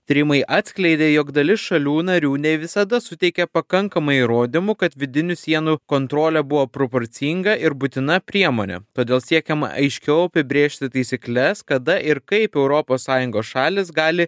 tyrimai atskleidė jog dalis šalių narių ne visada suteikia pakankamai įrodymų kad vidinių sienų kontrolė buvo proporcinga ir būtina priemonė todėl siekiama aiškiau apibrėžti taisykles kada ir kaip europos sąjungos šalys gali